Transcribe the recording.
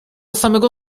samego